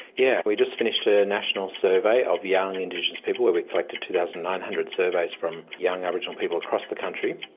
yeah we just finished ah a national survey of young indigenous people where we collected two thousand nine hundred surveys from young aboriginal people across the country,